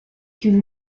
chiude